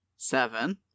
Seven